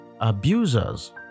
Abusers